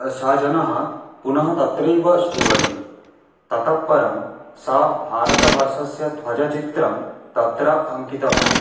सः जनः पुनः तत्रैव ष्ठीवति ततः परं सः भारतवर्षस्य ध्वजचित्रं तत्र अङ्कितवान्